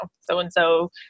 so-and-so